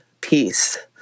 peace